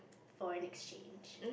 for an exchange